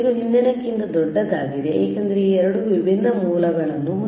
ಇದು ಹಿಂದಿನದಕ್ಕಿಂತ ದೊಡ್ಡದಾಗಿದೆ ಏಕೆಂದರೆ ಈಗ ಎರಡು ವಿಭಿನ್ನ ಮೂಲಗಳನ್ನುdifferent sources